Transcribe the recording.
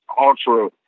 ultra